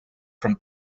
from